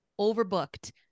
overbooked